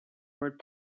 word